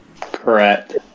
Correct